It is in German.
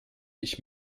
ich